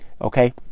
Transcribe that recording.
Okay